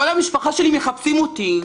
כל המשפחה שלי מחפשת אותי.